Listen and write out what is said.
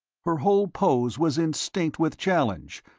her whole pose was instinct with challenge,